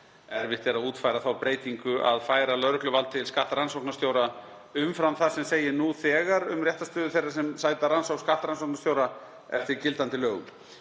Erfitt er að útfæra þá breytingu að færa lögregluvald til skattrannsóknarstjóra, umfram það sem segir nú þegar um réttarstöðu þeirra sem sæta rannsókn skattrannsóknarstjóra eftir gildandi lögum.